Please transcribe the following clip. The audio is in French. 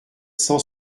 cent